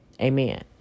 Amen